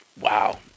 wow